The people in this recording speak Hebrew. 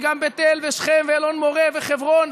והיא גם בית אל ושכם ואלון מורה וחברון.